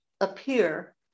appear